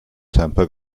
temper